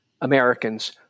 Americans